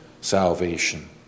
salvation